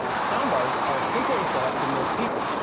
soundbars are simpler to setup for most people,